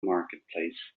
marketplace